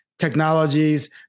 Technologies